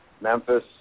Memphis